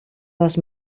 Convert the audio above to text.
les